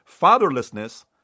fatherlessness